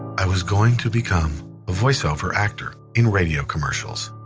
i was going to become a voiceover actor in radio commercials.